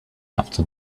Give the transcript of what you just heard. after